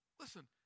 Listen